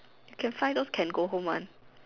can find those can go home one